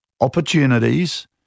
opportunities